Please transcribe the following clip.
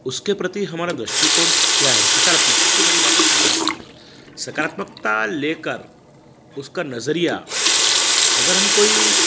उसके प्रति हमारा दृष्टिकोण क्या है सकारात्मक रूप से बड़ी बात है सकारात्मक सकारात्मकता लेकर उसका नज़रिया अगर हम कोई